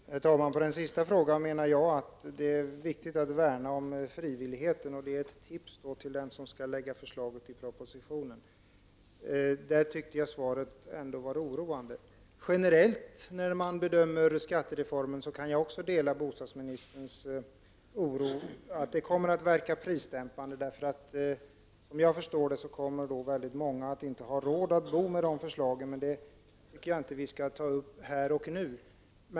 Herr talman! Med anledning av den sista frågan vill jag säga att det är viktigt att värna om frivilligheten. Det är ett tips till den som skall lägga fram förslaget till propositionen. Jag tycker att svaret var oroande. När det gäller skattereformen kan jag generellt dela bostadsministerns oro för att förslaget kommer att verka prisdämpande. Såvitt jag förstår kommer som följd av ett genomförande av det nya förslaget väldigt många att inte ha råd att bo, men det tycker jag inte att vi skall ta upp här och nu.